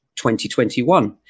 2021